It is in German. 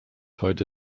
heute